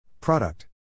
Product